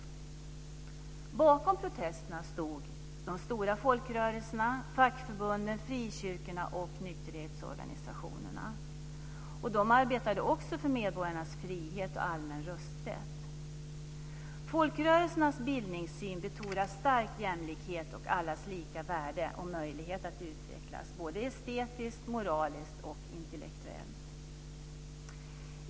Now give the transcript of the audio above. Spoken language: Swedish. Bakom protesterna stod de stora folkrörelserna, fackförbunden, frikyrkorna och nykterhetsorganisationerna. De arbetade också för medborgarnas frihet och för allmän rösträtt. Folkrörelsernas bildningssyn betonar starkt jämlikhet och allas lika värde och möjlighet att utvecklas estetiskt, moraliskt och intellektuellt.